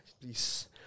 Please